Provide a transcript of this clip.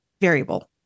variable